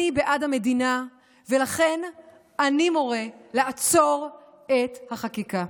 אני בעד המדינה, ולכן אני מורה לעצור את החקיקה.